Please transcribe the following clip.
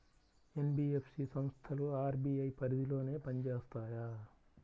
NBFC సంస్థలు RBI పరిధిలోనే పని చేస్తాయా?